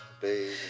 baby